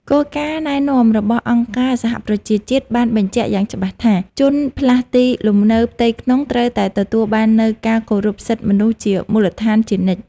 គោលការណ៍ណែនាំរបស់អង្គការសហប្រជាជាតិបានបញ្ជាក់យ៉ាងច្បាស់ថា ជនផ្លាស់ទីលំនៅផ្ទៃក្នុងត្រូវតែទទួលបាននូវការគោរពសិទ្ធិមនុស្សជាមូលដ្ឋានជានិច្ច។